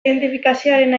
identifikazioaren